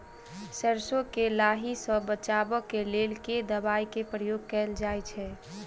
सैरसो केँ लाही सऽ बचाब केँ लेल केँ दवाई केँ प्रयोग कैल जाएँ छैय?